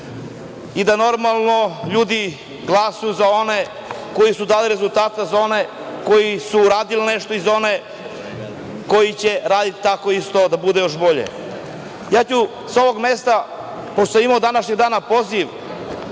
i da, normalno, ljudi glasaju za one koji su dali rezultata, za one koji su uradili nešto i za one koji će raditi tako isto, da bude još bolje. Sa ovog mesta ću, pošto sam imao današnjeg dana poziv